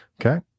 okay